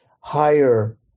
higher